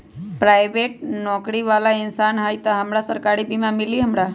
Private नौकरी बाला इंसान हई त हमरा सरकारी बीमा मिली हमरा?